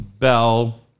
Bell